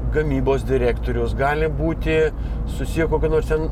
gamybos direktorius gali būti susiję kokie nors ten